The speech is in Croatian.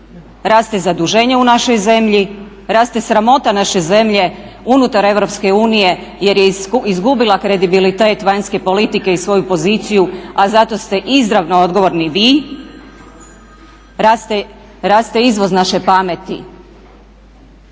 raste zaduženje u našoj zemlji, raste sramota naše zemlje unutar Europske unije jer je izgubila kredibilitet vanjske politike i svoju poziciju, a zato ste izravno odgovorni vi. Raste izvoz naše pameti,